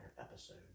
episode